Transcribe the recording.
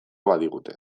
badigute